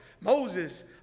Moses